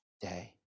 day